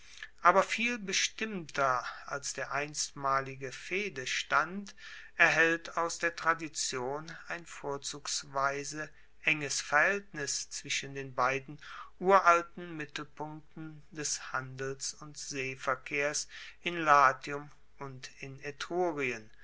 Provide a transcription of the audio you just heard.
aber viel bestimmter als der einstmalige fehdestand erhellt aus der tradition ein vorzugsweise enges verhaeltnis zwischen den beiden uralten mittelpunkten des handels und seeverkehrs in latium und in